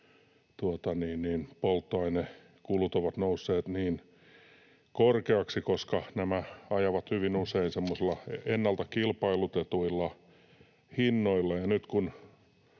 polttoainekulut ovat nousseet niin korkeiksi, koska nämä ajavat hyvin usein ennalta kilpailutetuilla hinnoilla,